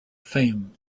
fame